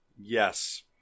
Yes